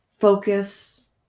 focus